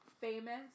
famous